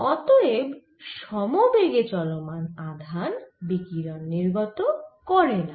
অতএব সম বেগে চলমান আধান বিকিরণ নির্গত করেনা